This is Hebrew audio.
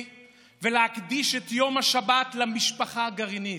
ולהקדיש את יום השבת למשפחה הגרעינית.